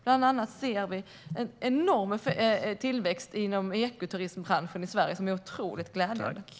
Bland annat ser vi en enorm tillväxt inom ekoturismbranschen i Sverige, vilket är otroligt glädjande.